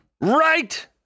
Right